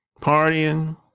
partying